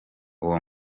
uwo